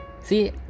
See